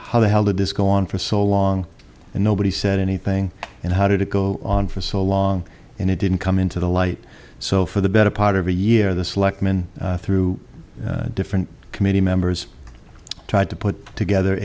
how the hell did this go on for so long and nobody said anything and how did it go on for so long and it didn't come into the light so for the better part of a year the selectmen through different committee members tried to put together